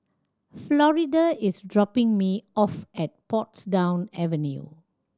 Florida is dropping me off at Portsdown Avenue